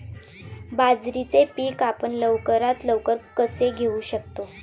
बाजरीचे पीक आपण लवकरात लवकर कसे घेऊ शकतो?